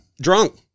drunk